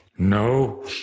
no